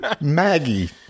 Maggie